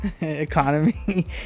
economy